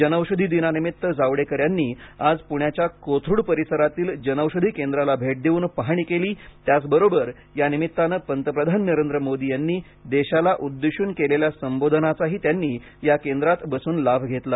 जनौषधी दिनानिमित्त जावडेकर यांनी आज पुण्याच्या कोथरूड परिसरातील जनौषधी केंद्राला भेट देऊन पाहणी केली त्याचबरोबर यानिमित्तानं पंतप्रधान नरेंद्र मोदी यांनी देशाला उद्देशून केलेल्या संबोधनाचाही त्यांनी या केंद्रात बसून लाभ घेतला